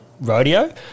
rodeo